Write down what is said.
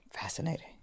Fascinating